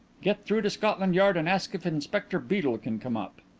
get through to scotland yard and ask if inspector beedel can come up.